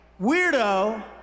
weirdo